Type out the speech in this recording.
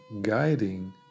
guiding